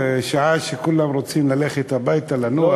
שעה שכולם רוצים ללכת הביתה לנוח,